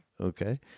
Okay